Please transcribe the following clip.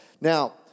Now